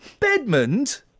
Bedmond